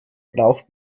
braucht